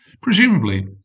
Presumably